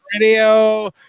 Radio